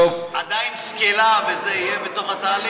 עדיין סקילה וזה יהיו בתוך התהליך?